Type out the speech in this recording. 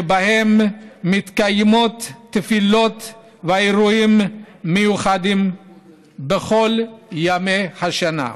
ומתקיימות בהם תפילות ואירועים מיוחדים בכל ימות השנה.